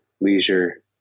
leisure